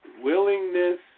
willingness